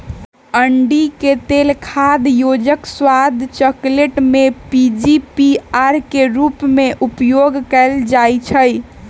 अंडिके तेल खाद्य योजक, स्वाद, चकलेट में पीजीपीआर के रूप में उपयोग कएल जाइछइ